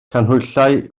canhwyllau